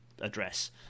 address